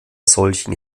solchen